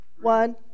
One